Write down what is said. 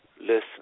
Listen